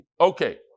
Okay